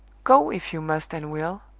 go, if you must and will!